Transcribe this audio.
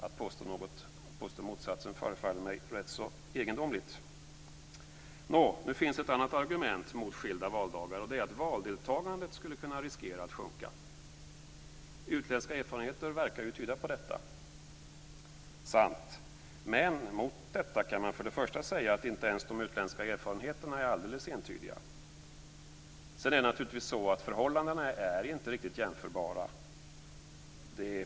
Att påstå motsatsen förefaller mig rätt så egendomligt. Nu finns ett annat argument mot skilda valdagar. Det är att valdeltagandet skulle kunna riskera att sjunka. Utländska erfarenheter verkar tyda på detta. Mot detta kan man för det första säga att inte ens de utländska erfarenheterna är alldeles entydiga. Sedan är naturligtvis förhållandena inte riktigt jämförbara.